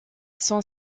son